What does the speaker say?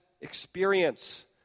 experience